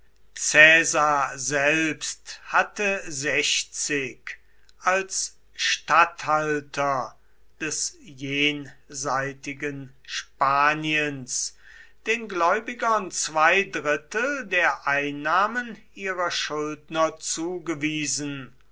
selbst hatte als statthalter des jenseitigen spaniens den gläubigern zwei drittel der einnahmen ihrer schuldner zugewiesen